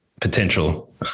potential